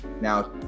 now